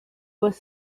was